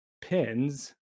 pins